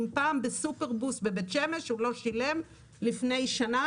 אם פעם בסופרבוס בבית שמש הוא לא שילם לפני שנה,